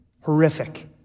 Horrific